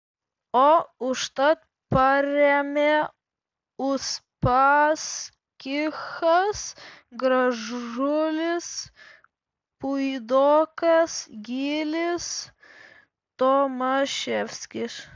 o užtat parėmė uspaskichas gražulis puidokas gylys tomaševskis